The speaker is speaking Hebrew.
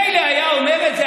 מילא היה אומר את זה,